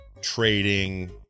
trading